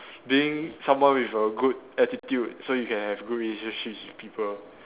being someone with a good attitude so you can have good relationships with people